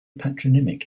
patronymic